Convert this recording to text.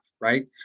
right